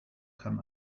kann